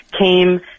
came